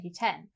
2010